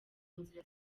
nzira